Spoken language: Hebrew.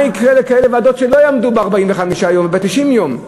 מה יקרה לוועדות שלא יעמדו ב-45 יום וב-90 יום?